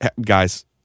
guys